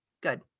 Good